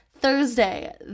Thursday